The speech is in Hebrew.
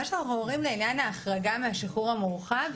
מה שאנחנו אומרים לעניין ההחרגה מהשחרור המורחב,